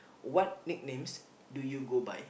what nicknames do you go by